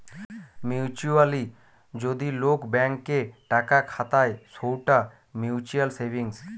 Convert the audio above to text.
mutually যদি লোক bank এ টাকা খাতায় সৌটা মিউচুয়াল সেভিংস